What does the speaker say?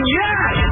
yes